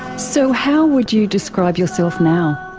so how would you describe yourself now?